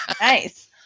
Nice